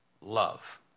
love